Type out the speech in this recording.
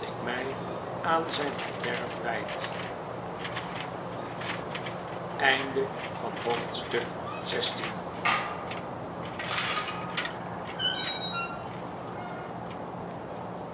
aan zijn verderf wijd